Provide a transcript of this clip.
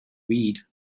weed